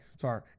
sorry